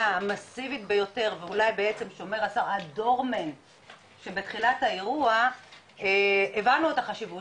המאסיבית ביותר ואולי בעצם הדורמן שבתחילת האירוע הבנו את החשיבות